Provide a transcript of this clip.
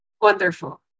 Wonderful